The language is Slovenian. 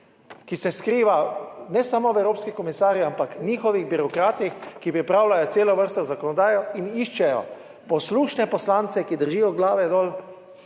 ki se skriva ne samo v evropskih komisarjih, ampak v njihovih birokratih, ki pripravljajo celo vrsto zakonodajo in iščejo poslušne poslance, ki držijo glave dol